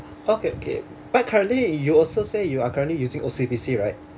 okay okay but currently you also say you are currently using O_C_B_C right